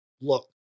Look